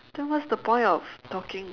then what is the point of talking